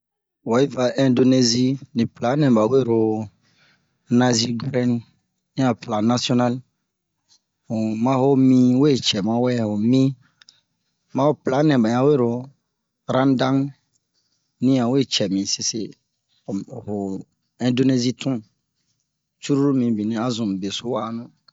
wa yi va ɛndonezi ni pla nɛ ɓa wero nazi gorɛne ni a pla nasiyonal mu ma ho mi we cɛ mawɛ ho mi ma ho nɛ ɓa ɲan wero randange ni ɲan we cɛ mi sese o o ɛndonezi curulu mibin a zun mu beso wa'anu